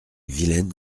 vilaine